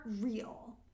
real